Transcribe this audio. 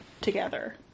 together